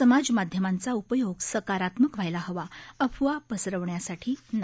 समाज माध्यमांचा उपयोग सकारात्मक व्हायला हवा अफवा पसरवण्यासाठी नाही